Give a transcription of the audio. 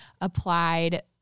Applied